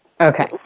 Okay